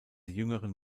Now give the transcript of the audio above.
jüngeren